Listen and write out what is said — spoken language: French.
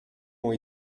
ont